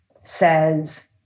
says